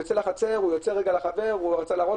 יוצא לחצר או יוצא לרגע לחבר ורוצה להראות